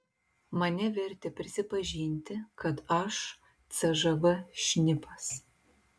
mane vertė prisipažinti kad aš cžv šnipas